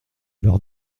leur